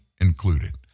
included